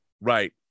right